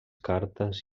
cartes